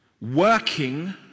working